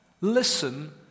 Listen